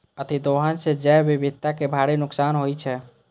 अतिदोहन सं जैव विविधता कें भारी नुकसान होइ छै